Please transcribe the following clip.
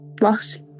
lost